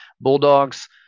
Bulldogs